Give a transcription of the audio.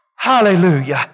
Hallelujah